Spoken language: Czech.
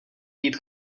jít